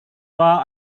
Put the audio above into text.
war